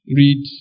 read